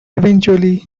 eventually